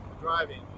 Driving